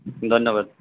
ধন্যবাদ